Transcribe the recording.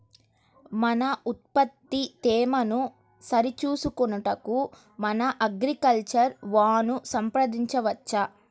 మన ఉత్పత్తి తేమను సరిచూచుకొనుటకు మన అగ్రికల్చర్ వా ను సంప్రదించవచ్చా?